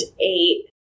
eight